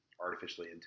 artificially